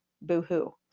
boo-hoo